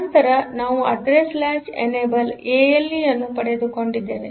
ನಂತರ ನಾವು address latch enable ALE ಅನ್ನು ಪಡೆದುಕೊಂಡಿದ್ದೇವೆ